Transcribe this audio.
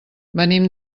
venim